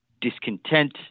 discontent